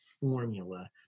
formula